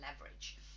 leverage